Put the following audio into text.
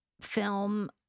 film